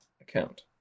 account